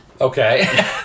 Okay